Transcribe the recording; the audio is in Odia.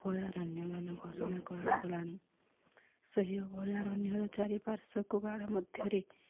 ଅଭୟାରଣନ୍ୟମାନ ଘୋଷଣା କରାଗଲାଣି ସେହି ଅଭୟାରଣନ୍ୟର ଚାରିପାର୍ଶକୁ ବାଡ଼ ମଧ୍ୟରେ